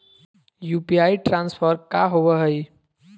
UPI transfer का होव हई?